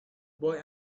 boy